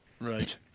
Right